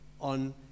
on